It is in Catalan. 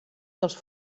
dels